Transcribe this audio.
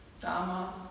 Dharma